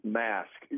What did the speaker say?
mask